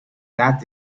that